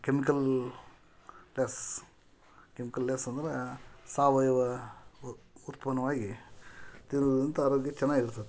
chemical less chemical less ಅಂದ್ರೆ ಸಾವಯವ ಉತ್ಪನ್ನವಾಗಿ ತಿನ್ನೋದಂತ ಆರೋಗ್ಯ ಚೆನ್ನಾಗಿರ್ತದೆ ನಮ್ದು